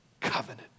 covenant